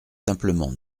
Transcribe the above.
simplement